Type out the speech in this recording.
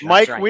Mike